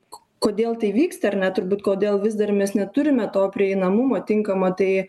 k kodėl tai vyksta na turbūt kodėl vis dar mes neturime to prieinamumo tinkamo tai